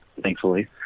thankfully